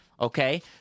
Okay